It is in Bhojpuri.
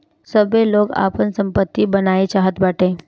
सबै लोग आपन सम्पत्ति बनाए चाहत बाटे